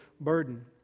Burden